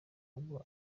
ubwo